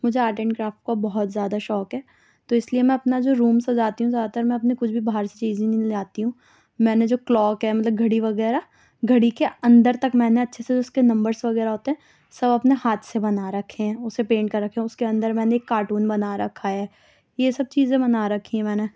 مجھے art and craft کو بہت زیادہ شوق ہے تو اِس لئے میں اپنا جو روم سجاتی ہوں زیادہ تر میں اپنے کچھ بھی باہر سے چیزیں نہیں لے آتی ہوں میں نے جو کلاک ہے مطلب گھڑی وغیرہ گھڑی کے اندر تک میں نے اچھے سے اُس کے نمبرس وغیرہ ہوتے ہیں سب اپنے ہاتھ سے بنا رکھے ہیں اُسے پینٹ کر رکھے ہیں اُس کے اندر میں نے ایک کارٹون بنا رکھا ہے یہ سب چیزیں بنا رکھی ہیں میں نے